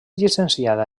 llicenciada